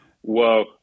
Whoa